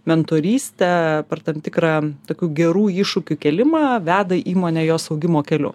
mentorystę per tam tikrą tokių gerų iššūkių kėlimą veda įmonę jos augimo keliu